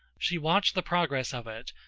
she watched the progress of it,